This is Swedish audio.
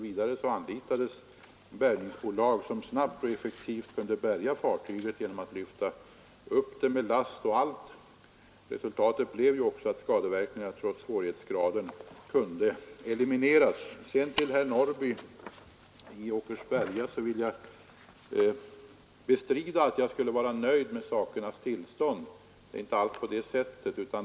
Vidare anlitades bärgningsbolag som snabbt och effektivt kunde bärga fartyget genom att lyfta upp det med last och allt. Resultatet blev också att skadeverkningarna trots svårighetsgraden kunde elimineras. Till herr Norrby i Åkersberga vill jag säga att jag bestrider att jag är nöjd med sakernas tillstånd. Det är inte alls på det sättet.